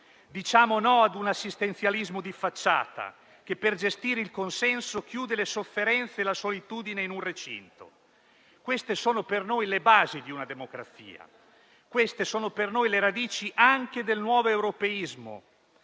Diciamo no a un assistenzialismo di facciata, che per gestire il consenso chiude le sofferenze e la solitudine in un recinto. Queste sono per noi le basi di una democrazia; queste sono per noi le radici anche del nuovo europeismo,